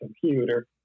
computer